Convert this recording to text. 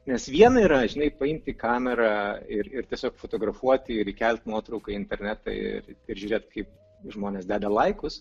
nes viena yra žinai paimti kamerą ir ir tiesiog fotografuoti ir įkelt nuotrauką į internetą ir ir žiūrėt kaip žmonės deda laikus